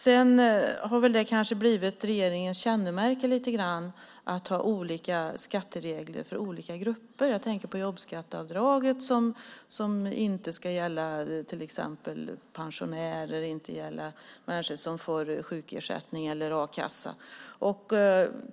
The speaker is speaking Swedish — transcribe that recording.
Det har lite grann blivit regeringens kännemärke att ha olika skatteregler för olika grupper. Jag tänker på jobbskatteavdraget som inte ska gälla till exempel pensionärer och människor som får sjukersättning eller a-kassa.